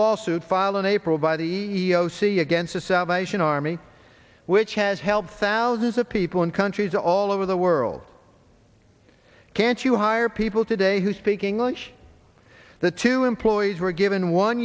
lawsuit filed in april by the sea against a salvation army which has helped thousands of people in countries all over the world can't you hire people today who speak english the two employees were given one